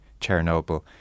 Chernobyl